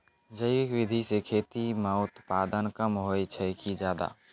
जैविक विधि से खेती म उत्पादन कम होय छै कि ज्यादा?